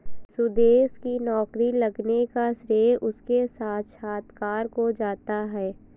सुदेश की नौकरी लगने का श्रेय उसके साक्षात्कार को जाता है